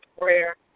prayer